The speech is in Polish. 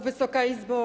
Wysoka Izbo!